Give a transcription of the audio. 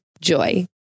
Joy